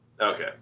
Okay